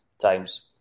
times